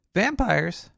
vampires